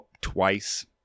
twice